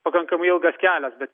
pakankamai ilgas kelias bet